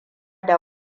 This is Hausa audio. da